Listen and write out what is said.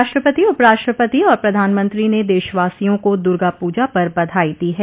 राष्ट्रपति उपराष्ट्रपति और प्रधानमंत्री ने देशवासियों को दुर्गा पूजा पर बधाई दी है